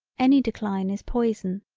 any decline is poison,